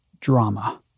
drama